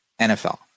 NFL